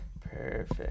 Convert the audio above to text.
Perfect